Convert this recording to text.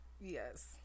Yes